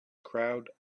crowd